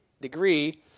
degree